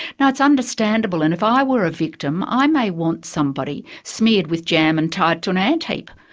now it's understandable and if i were a victim, i may want somebody smeared with jam and tied to an ant-heap.